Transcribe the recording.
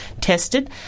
tested